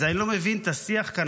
אז אני לא מבין את השיח כאן,